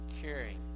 caring